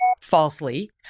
falsely